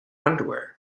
underwear